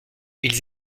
ils